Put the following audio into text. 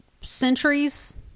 Centuries